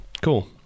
cool